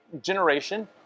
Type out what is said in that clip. generation